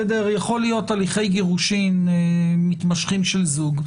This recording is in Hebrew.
יכול להיות הליכי גירושין מתמשכים של זוג,